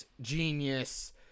genius